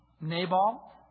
Nabal